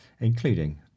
including